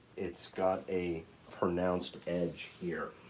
it's got a pronounced edge here,